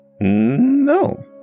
No